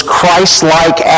Christ-like